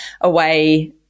away